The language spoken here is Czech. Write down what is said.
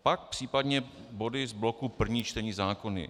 Pak případně body z bloku prvních čtení zákonů.